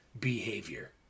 behavior